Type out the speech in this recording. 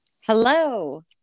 Hello